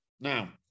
Now